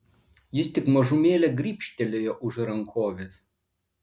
jis tik mažumėlę gribštelėjo už rankovės